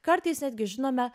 kartais netgi žinome